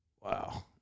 Wow